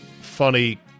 funny